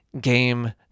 game